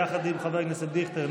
יחד עם חבר הכנסת דיכטר,